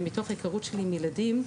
שמתוך היכרות שלי עם ילדים,